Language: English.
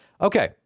Okay